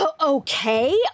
Okay